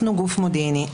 אנחנו גוף מודיעיני.